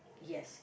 yes